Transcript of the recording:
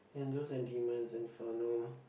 Angels and Demons Inferno